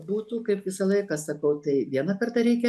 būtų kaip visą laiką sakau tai vieną kartą reikia